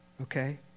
okay